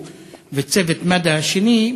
הוא וצוות מד"א השני,